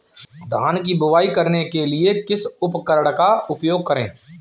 धान की बुवाई करने के लिए किस उपकरण का उपयोग करें?